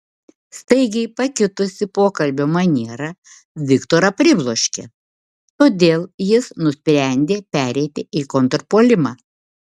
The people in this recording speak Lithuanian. staigiai pakitusi pokalbio maniera viktorą pribloškė todėl jis nusprendė pereiti į kontrpuolimą